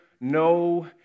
no